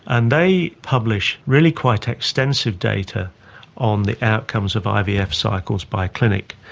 and they publish really quite extensive data on the outcomes of ivf cycles by clinic.